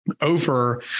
over